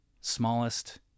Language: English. smallest